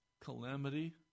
Calamity